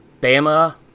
Bama